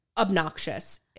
obnoxious